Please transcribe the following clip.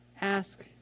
Ask